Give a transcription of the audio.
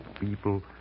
people